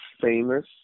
famous